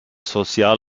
social